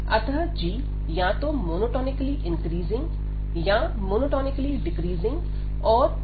अतः g या तो मोनोटोनिकली इंक्रीजिंग या मोनोटोनिकली डिक्रीजिंग और बाउंडेड है